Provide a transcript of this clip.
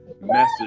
message